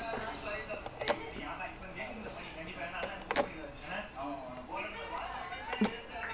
actually that [one] doesn't make sense why venom come then become spider man then that I don't understand the plot of that movie lah